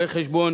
רואי-חשבון,